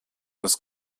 das